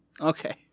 Okay